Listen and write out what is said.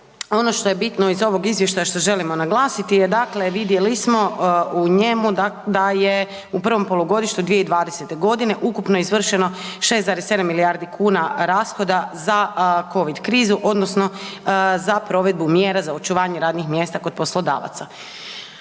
ono što je bitno iz ovog izvještaja što želimo naglasiti je dakle, vidjeli smo u njemu da je u prvom polugodištu 2020.g. ukupno izvršeno 6,7 milijardi kuna rashoda za covid krizu odnosno za provedbu mjera za očuvanje radnih mjesta kod poslodavaca.